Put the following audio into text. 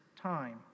time